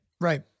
Right